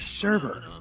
server